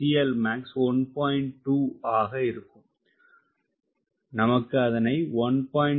2 ஆக இருக்கும் உமக்கு அதனை 1